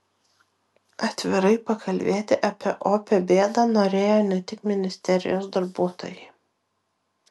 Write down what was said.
atvirai pakalbėti apie opią bėdą norėjo ne tik ministerijos darbuotojai